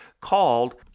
called